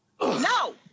No